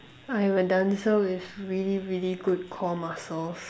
I'm a dancer with really really good core muscles